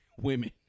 women